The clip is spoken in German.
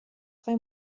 drei